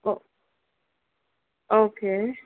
ஓ okay